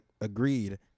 agreed